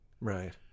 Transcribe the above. Right